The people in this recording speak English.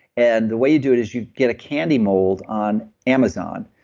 and the way you do it as you get candy molds on amazon,